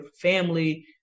family